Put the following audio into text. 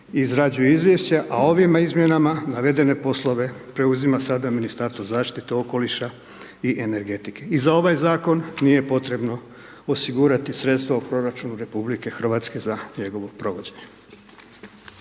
izrađuje izvješća, a ovim izmjenama navedene poslove preuzima sada Ministarstvo zaštite okoliša i energetike. I za ovaj Zakon, nije potrebno osigurati sredstva u proračunu Republike Hrvatske za njegovo provođenje.